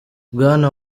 bwana